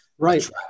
Right